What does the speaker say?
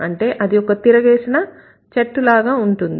అంటే అది ఒక తిరగేసిన చెట్టు లాగా ఉంటుంది